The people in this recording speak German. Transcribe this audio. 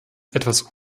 etwas